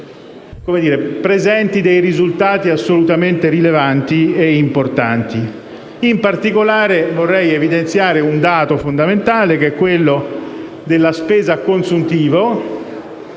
presenti risultati assolutamente rilevanti ed importanti. In particolare, vorrei evidenziare un dato fondamentale che è quello della spesa a consuntivo,